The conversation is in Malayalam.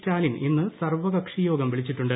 സ്റ്റാലിൻ ഇന്ന് സർവ്വകക്ഷിയോഗം വിളിച്ചിട്ടുണ്ട്